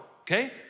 okay